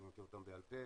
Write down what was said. אני מכיר אותם בעל פה,